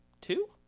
two